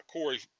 Corey